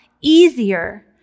easier